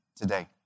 today